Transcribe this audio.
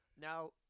Now